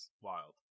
wild